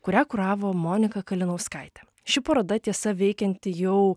kurią kuravo monika kalinauskaitė ši paroda tiesa veikianti jau